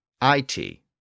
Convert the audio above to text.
I-T